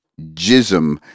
jism